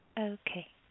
Okay